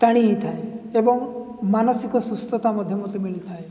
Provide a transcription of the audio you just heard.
ଟାଣି ହେଇଥାଏ ଏବଂ ମାନସିକ ସୁସ୍ଥତା ମଧ୍ୟ ମୋତେ ମିଳିଥାଏ